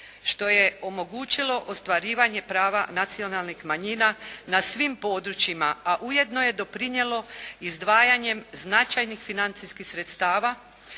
što je omogućilo ostvarivanje prava nacionalnih manjina na svim područjima a ujedno je doprinijelo izdvajanjem značajnih financijskih sredstava